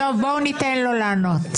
בואו ניתן לו לענות